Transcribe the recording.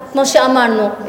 כמו שאמרנו,